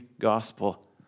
gospel